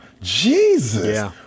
Jesus